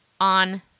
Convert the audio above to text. on